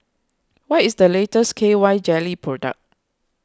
what is the latest K Y Jelly product